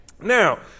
Now